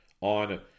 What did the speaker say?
on